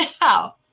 now